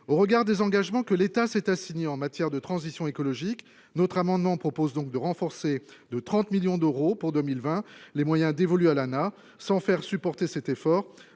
au regard des engagements que l'État s'est assigné en matière de transition écologique notre amendement propose donc de renforcer de 30 millions d'euros pour 2020 les moyens dévolus à l'sans faire supporter cet effort